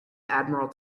admiral